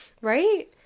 Right